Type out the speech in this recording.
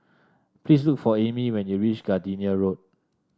please look for Aimee when you reach Gardenia Road